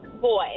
boy